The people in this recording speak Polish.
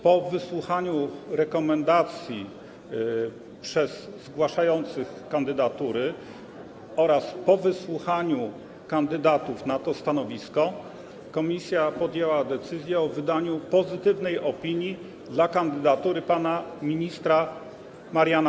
Po wysłuchaniu rekomendacji przedstawionych przez zgłaszających kandydatury oraz po wysłuchaniu kandydatów na to stanowisko komisja podjęła decyzję o wydaniu pozytywnej opinii dla kandydatury pana ministra Mariana